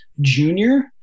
junior